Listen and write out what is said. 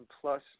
plus